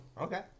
Okay